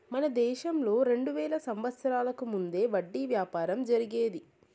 మన దేశంలో రెండు వేల సంవత్సరాలకు ముందే వడ్డీ వ్యాపారం జరిగేది